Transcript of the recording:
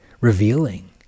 revealing